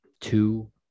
Two